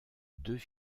deux